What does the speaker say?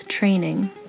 training